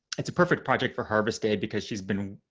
it's a perfect project for harvest day because she's been,